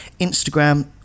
Instagram